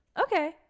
Okay